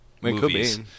movies